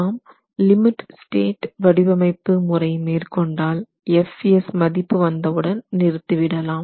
நாம் limit state வடிவமைப்பு முறை மேற் கொண்டால் Fs மதிப்பு வந்தவுடன் நிறுத்திவிடலாம்